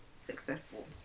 successful